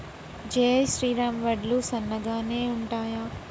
జై శ్రీరామ్ వడ్లు సన్నగనె ఉంటయా?